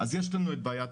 מצד שני,